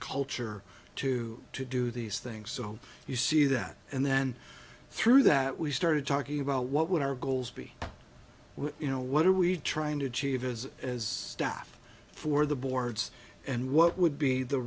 culture to to do these things so you see that and then through that we started talking about what would our goals be you know what are we trying to achieve as as staff for the boards and what would be the